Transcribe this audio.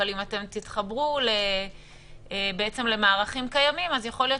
אבל אם תתחברו למערכים קיימים יכול להיות